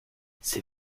ces